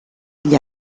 agli